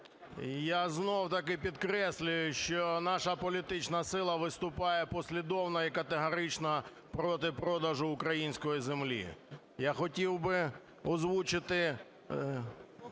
я знов-таки підкреслюю, що наша політична сила виступає послідовно і категорично проти продажу української землі. Я хотів би озвучити